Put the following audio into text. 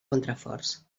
contraforts